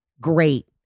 great